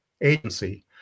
agency